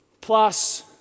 plus